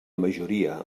majoria